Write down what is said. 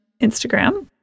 Instagram